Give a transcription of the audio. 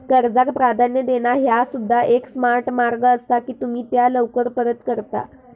कर्जाक प्राधान्य देणा ह्या सुद्धा एक स्मार्ट मार्ग असा की तुम्ही त्या लवकर परत करता